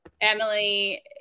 Emily